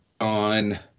on